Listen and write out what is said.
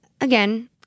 again